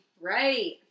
Right